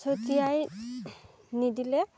ছটিয়াই নিদিলে